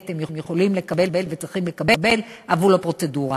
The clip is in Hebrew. יכולים לקבל וצריכים לקבל עבור הפרוצדורה.